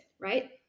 right